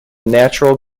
natural